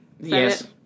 Yes